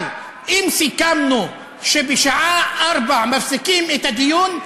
אבל אם סיכמנו שבשעה 16:00 מפסיקים את הדיון,